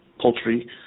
poultry